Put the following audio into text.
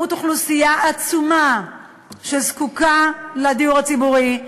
אוכלוסייה עצומה שזקוקה לדיור הציבורי,